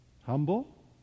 Humble